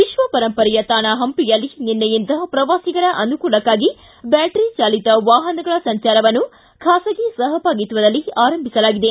ವಿಶ್ವ ಪರಂಪರೆಯ ತಾಣ ಹಂಪಿಯಲ್ಲಿ ನಿನ್ನೆಯಿಂದ ಪ್ರವಾಸಿಗರ ಅನುಕೂಲಕ್ಕಾಗಿ ಬ್ಯಾಟರಿ ಚಾಲಿತ ವಾಹನಗಳ ಸಂಚಾರವನ್ನು ಖಾಸಗಿ ಸಹಭಾಗಿತ್ವದಲ್ಲಿ ಆರಂಭಿಸಲಾಗಿದೆ